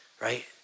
Right